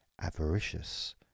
avaricious